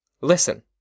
Listen